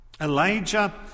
Elijah